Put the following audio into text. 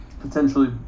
potentially